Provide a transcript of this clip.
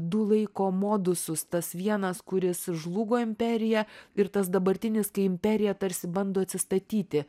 du laiko modusus tas vienas kuris žlugo imperija ir tas dabartinis kai imperija tarsi bando atsistatyti